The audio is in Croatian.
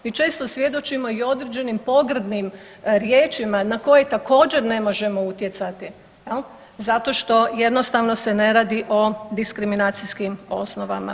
Mi često svjedočimo i određenim pogrdnim riječima na koje također ne možemo utjecati jel, zato što jednostavno se ne radi o diskriminacijskim osnovama.